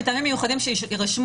כתוב: מטעמים מיוחדים שיירשמו,